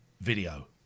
video